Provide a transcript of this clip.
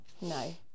No